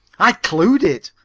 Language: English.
i clewed it,